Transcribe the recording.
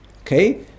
Okay